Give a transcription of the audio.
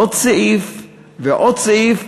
עוד סעיף ועוד סעיף.